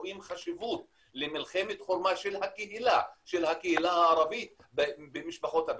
רואים חשיבות למלחמת חורמה של הקהילה הערבית במשפחות הפשע.